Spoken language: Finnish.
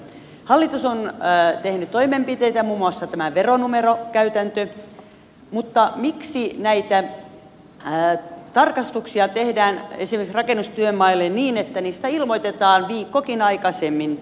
hallitus on tehnyt toimenpiteitä muun muassa tämän veronumerokäytännön mutta miksi näitä tarkastuksia tehdään esimerkiksi rakennustyömaille niin että niistä ilmoitetaan viikkokin aikaisemmin